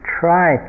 try